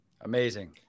Amazing